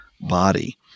body